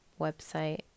website